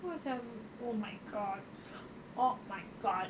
aku macam oh my god oh my god